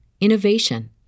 innovation